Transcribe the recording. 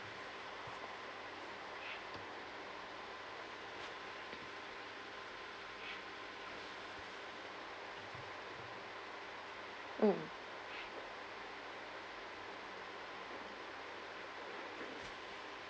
mm